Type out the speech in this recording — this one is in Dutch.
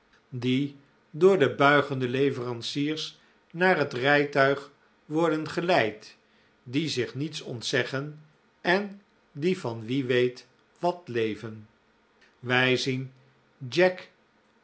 die door de buigende leveranciers naar het rijtuig worden geleid die zich niets ontzeggen en die van wie weet wat leven wij zien jack